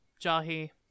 Jahi